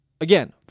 Again